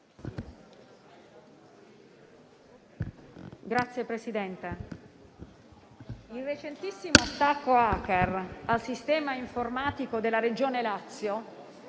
Signor Presidente, il recentissimo attacco *hacker* al sistema informatico della Regione Lazio